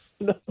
No